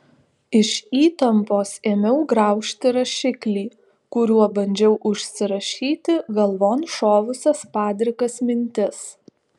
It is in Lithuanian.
iš įtampos ėmiau graužti rašiklį kuriuo bandžiau užsirašyti galvon šovusias padrikas mintis